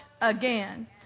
again